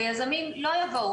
ויזמים לא יבואו